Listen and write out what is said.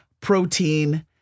protein